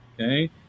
Okay